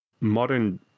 Modern